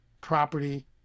property